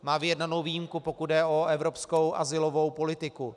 Má vyjednanou výjimku, pokud jde o evropskou azylovou politiku.